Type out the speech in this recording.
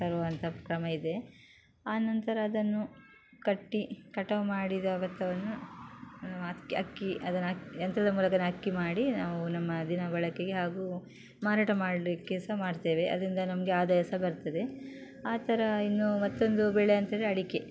ತರುವಂಥ ಕ್ರಮ ಇದೆ ಆ ನಂತರ ಅದನ್ನು ಕಟ್ಟಿ ಕಟಾವು ಮಾಡಿದ ಭತ್ತವನ್ನು ಅದಕ್ಕೆ ಅಕ್ಕಿ ಅದನ್ನು ಅ ಯಂತ್ರದ ಮೂಲಕ ಅದನ್ನು ಅಕ್ಕಿ ಮಾಡಿ ನಾವು ನಮ್ಮ ದಿನ ಬಳಕೆಗೆ ಹಾಗೂ ಮಾರಾಟ ಮಾಡಲಿಕ್ಕೆ ಸಹ ಮಾಡ್ತೇವೆ ಅದರಿಂದ ನಮಗೆ ಆದಾಯ ಸಹ ಬರ್ತದೆ ಆ ಥರ ಇನ್ನೂ ಮತ್ತೊಂದು ಬೆಳೆ ಅಂಥೇಳಿದ್ರೆ ಅಡಿಕೆ